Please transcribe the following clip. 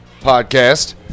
Podcast